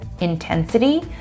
intensity